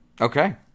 okay